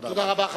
תודה רבה.